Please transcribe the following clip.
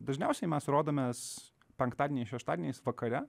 dažniausiai mes rodomės penktadieniais šeštadieniais vakare